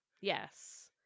yes